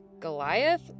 Goliath